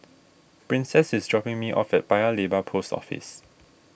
princess is dropping me off at Paya Lebar Post Office